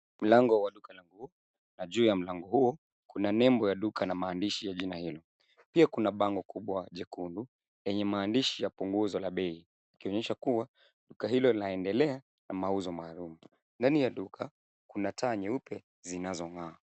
Mlango wa duka la nguo na juu ya mlango huo kuna nembo ya duka na maandishi ya jina hilo, pia kuna bango kubwa jekundu lenye maandishi ya punguzo la bei ikionyesha kuwa duka hilo linaendelea na mauzo maalum. Ndani ya duka kuna taa nyeupe zinazong'aa.